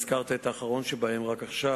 הזכרת את האחרון שבהם רק עכשיו.